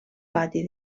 pati